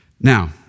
Now